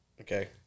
Okay